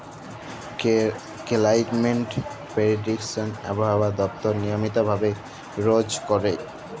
climate prediction আবহাওয়া দপ্তর নিয়মিত ভাবে রজ ক্যরে